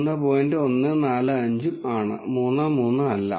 145 ഉം ആണ് 3 3 അല്ല